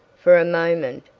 for a moment,